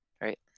right